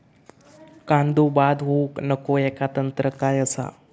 कांदो बाद होऊक नको ह्याका तंत्र काय असा?